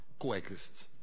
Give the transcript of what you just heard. coexist